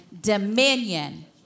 dominion